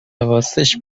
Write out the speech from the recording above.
حواسش